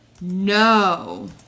No